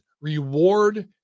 Reward